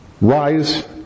rise